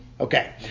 Okay